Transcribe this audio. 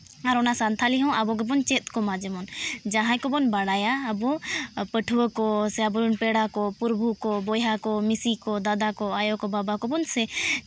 ᱟᱨ ᱚᱱᱟ ᱥᱟᱛᱷᱟᱞᱤ ᱦᱚᱸ ᱟᱵᱚ ᱜᱮᱵᱚᱱ ᱪᱮᱫ ᱠᱚᱢᱟ ᱡᱮᱢᱚᱱ ᱡᱟᱦᱟᱸᱭ ᱠᱚᱵᱚᱱ ᱵᱟᱲᱟᱭᱟ ᱟᱵᱚ ᱯᱟᱹᱴᱦᱩᱣᱟᱹ ᱠᱚ ᱥᱮ ᱟᱵᱚ ᱨᱮᱱ ᱯᱮᱲᱟ ᱠᱚ ᱯᱩᱨᱵᱷᱩ ᱠᱚ ᱵᱚᱭᱦᱟ ᱠᱚ ᱢᱤᱥᱤ ᱠᱚ ᱫᱟᱫᱟ ᱠᱚ ᱟᱭᱳ ᱠᱚ ᱵᱟᱵᱟ ᱠᱚ ᱵᱚᱱ